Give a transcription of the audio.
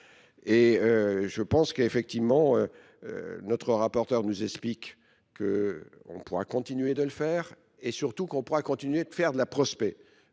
Et je pense qu'effectivement, notre rapporteur nous explique qu'on pourra continuer de le faire et surtout qu'on pourra continuer de faire de la prospé.